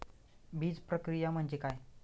बीजप्रक्रिया म्हणजे काय?